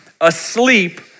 asleep